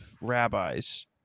rabbis